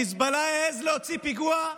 חיזבאללה העז להוציא פיגוע,